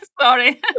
Sorry